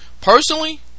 Personally